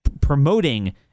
promoting